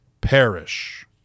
perish